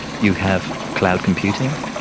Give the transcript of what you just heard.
you have cloud computing,